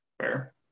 Fair